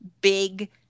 big